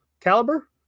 caliber